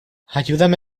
ayúdame